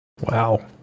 Wow